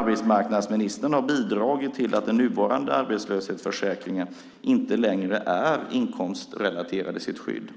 Arbetsmarknadsministern har bidragit till att den nuvarande arbetslöshetsförsäkringen inte längre är inkomstrelaterad i sitt skydd.